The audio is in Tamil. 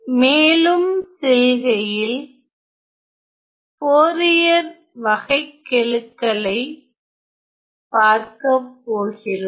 மேலும் செல்கையில் ஃபோரியர் வகைக்கெழுக்களை பார்க்க போகிறோம்